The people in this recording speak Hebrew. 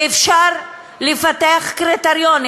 ואפשר לפתח קריטריונים,